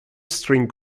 string